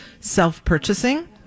self-purchasing